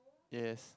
yes